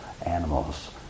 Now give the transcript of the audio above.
animals